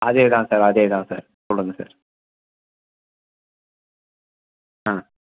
அதே தான் சார் அதே தான் சார் சொல்லுங்கள் சார் ஆ